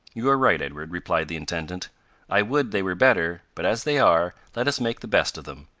you are right, edward, replied the intendant i would they were better, but as they are, let us make the best of them.